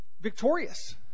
victorious